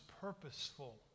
purposeful